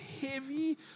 heavy